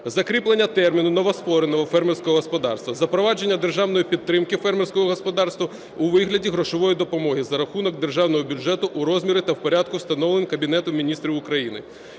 Закріплення терміну "новоствореного фермерського господарства", "запровадження державної підтримки фермерському господарству" у вигляді грошової допомоги за рахунок державного бюджету у розмірі та в порядку, встановленому Кабінетом Міністрів України,